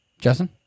Justin